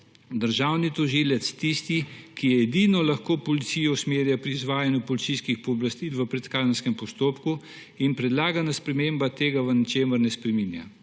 državni tožilec tisti, ki edini lahko policijo usmerja pri izvajanju policijskih pooblastil v predkazenskem postopku in predlagana sprememba tega v ničemer ne spreminja.